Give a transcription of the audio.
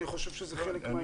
אני חושב שזה חלק מהעניין.